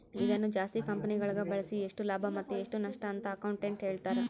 ಇದನ್ನು ಜಾಸ್ತಿ ಕಂಪೆನಿಗಳಗ ಬಳಸಿ ಎಷ್ಟು ಲಾಭ ಮತ್ತೆ ಎಷ್ಟು ನಷ್ಟಅಂತ ಅಕೌಂಟೆಟ್ಟ್ ಹೇಳ್ತಾರ